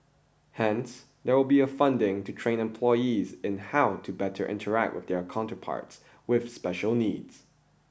hence there will be a funding to train employees in how to better interact with their counterparts with special needs